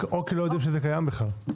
או לא יודעים שזה קיים בכלל.